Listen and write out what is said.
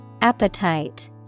Appetite